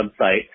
website